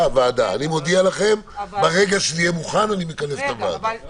אני מודיע לכם ברגע שיהיה מוכן אני אכנס את הוועדה.